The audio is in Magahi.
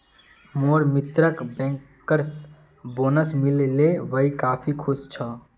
मोर मित्रक बैंकर्स बोनस मिल ले वइ काफी खुश छ